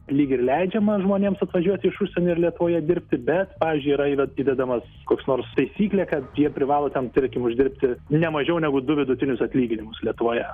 lyg ir leidžiama žmonėms atvažiuoti iš užsienio ir lietuvoje dirbti bet pavyzdžiui yra įve įvedamas koks nors taisyklė kad jie privalo ten tarkim uždirbti ne mažiau negu du vidutinius atlyginimus lietuvoje